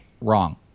Wrong